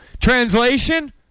Translation